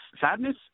sadness